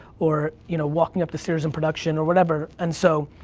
or you know, walking up the stairs in production, or whatever, and so,